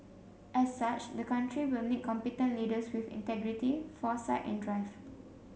as such the country will need competent leaders with integrity foresight and drive